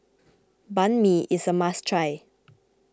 Banh Mi is a must try